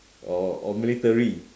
or or military